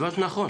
הבנת נכון.